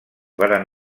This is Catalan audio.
varen